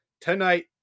tonight